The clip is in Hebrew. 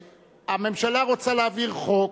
הממשלה רוצה להעביר חוק.